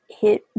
hit